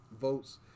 votes